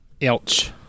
Elch